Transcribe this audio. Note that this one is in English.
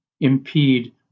impede